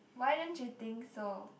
why don't you think so